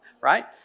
right